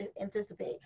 anticipate